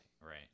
right